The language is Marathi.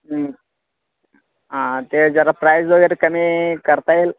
हां ते जरा प्राईज वगैरे कमी करता येईल